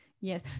Yes